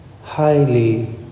highly